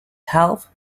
half